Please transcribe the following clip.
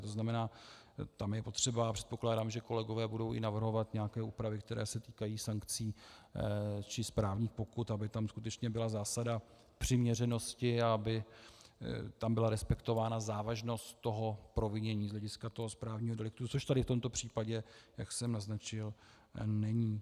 To znamená, tam je potřeba, předpokládám, že kolegové budou i navrhovat nějaké úpravy, které se týkají sankcí či správních pokut, aby tam skutečně byla zásada přiměřenosti a aby tam byla respektována závažnost toho provinění z hlediska správního deliktu, což tady v tomto případě, jak jsem naznačil, není.